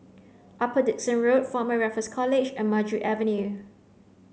Upper Dickson Road Former Raffles College and Maju Avenue